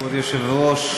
כבוד היושב-ראש,